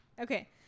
Okay